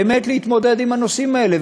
באמת להתמודד עם הנושאים האלה,